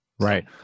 Right